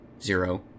Zero